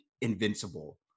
invincible